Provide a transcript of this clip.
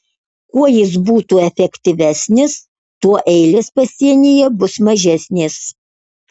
kuo jis būtų efektyvesnis tuo eilės pasienyje bus mažesnės